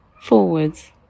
forwards